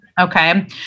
Okay